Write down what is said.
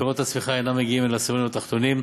פירות הצמיחה אינם מגיעים אל העשירונים התחתונים.